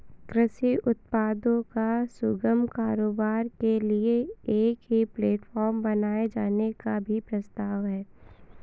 कृषि उत्पादों का सुगम कारोबार के लिए एक ई प्लेटफॉर्म बनाए जाने का भी प्रस्ताव है